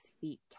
feet